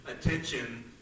attention